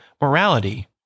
morality